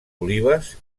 olives